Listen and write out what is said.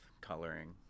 coloring